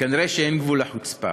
כנראה אין גבול לחוצפה.